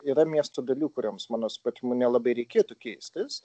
yra miesto dalių kurioms mano supratimu nelabai reikėtų keistis